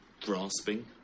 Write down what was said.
Grasping